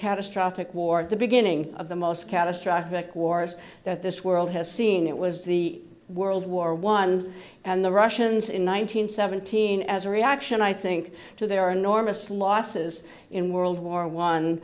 catastrophic war at the beginning of the most catastrophic wars that this world has seen it was the world war one and the russians in one nine hundred seventeen as a reaction i think to there are enormous losses in world war one